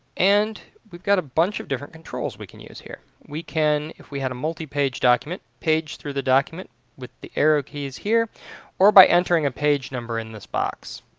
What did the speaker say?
and we've got a bunch of different controls we can use here. we can, if we had a multipage document page, through the document with the arrow keys here or by entering a page number in this box.